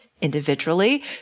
individually